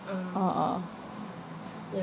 uh uh